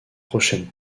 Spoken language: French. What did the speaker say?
prochaines